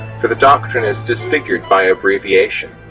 for the doctrine is disfigured by abbreviation.